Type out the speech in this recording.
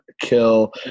kill